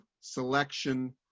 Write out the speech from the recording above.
selection